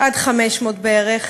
אני מזכירה לכם,